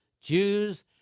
Jews